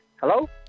Hello